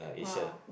!wow!